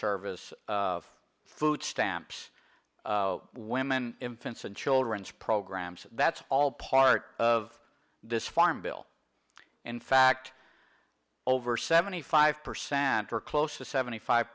service food stamps women infants and children's programs that's all part of this farm bill in fact over seventy five percent or close to seventy five